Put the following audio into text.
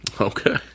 Okay